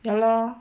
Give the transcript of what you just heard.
ya lor